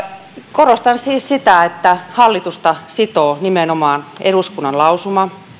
korostan siis sitä että hallitusta sitoo nimenomaan eduskunnan lausuma